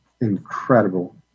incredible